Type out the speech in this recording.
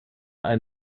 ein